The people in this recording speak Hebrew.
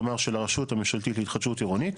כלומר של הרשות הממשלתית להתחדשות עירונית.